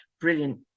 brilliant